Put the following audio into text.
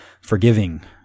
forgiving